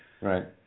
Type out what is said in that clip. Right